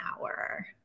hour